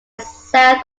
south